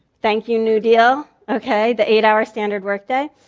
thank you new deal, okay. the eight-hour standard work day.